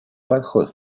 подход